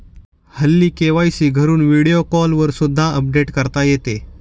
हल्ली के.वाय.सी घरून व्हिडिओ कॉलवर सुद्धा अपडेट करता येते